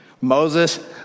Moses